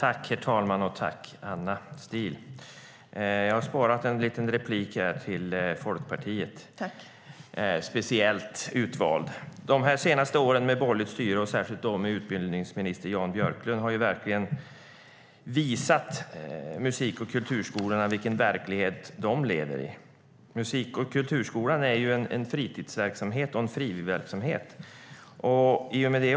Herr talman! Tack, Anna Steele! Jag har sparat en replik till Folkpartiet. De senaste åren med borgerligt styre och särskilt med utbildningsminister Jan Björklund har verkligen visat musik och kulturskolan vilken verklighet den lever i. Musik och kulturskolan är en fritids och frivilligverksamhet.